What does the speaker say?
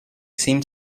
seem